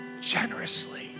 generously